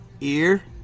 ear